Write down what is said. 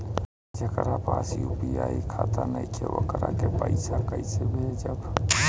जेकरा पास यू.पी.आई खाता नाईखे वोकरा के पईसा कईसे भेजब?